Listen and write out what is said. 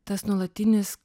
tas nuolatinis